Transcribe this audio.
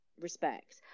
respect